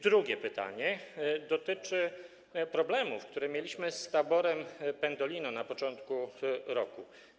Drugie pytanie dotyczy problemów, które mieliśmy z taborem pendolino na początku roku.